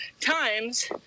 times